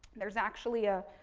there's actually a,